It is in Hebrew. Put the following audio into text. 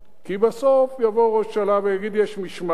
כי בסוף יבוא ראש הממשלה ויגיד: יש משמעת,